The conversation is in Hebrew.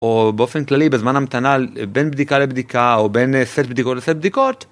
או באופן כללי בזמן המתנה בין בדיקה לבדיקה או בין סט בדיקות לסט בדיקות